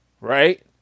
Right